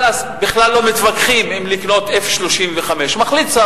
בכלל לא מתווכחים אם לקנות F-35. שר